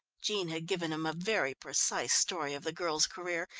jean had given him a very precise story of the girl's career,